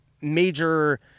major